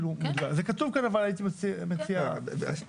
זה כתוב כאן אבל הייתי מציע להדגיש.